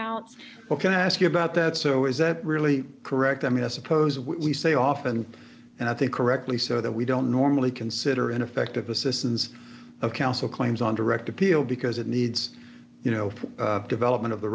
ok i ask you about that so is that really correct i mean i suppose we say often and i think correctly so that we don't normally consider ineffective assistance of counsel claims on direct appeal because it needs you know development